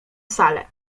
salę